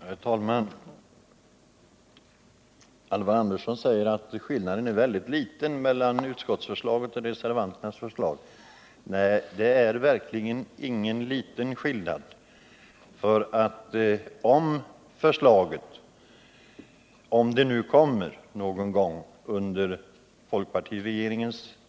Herr talman! Alvar Andersson sade att skillnaden mellan utskottets förslag och reservanternas förslag är väldigt liten. Nej, det är verkligen ingen liten skillnad. Om det nu kommer något förslag under de